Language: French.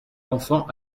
enfant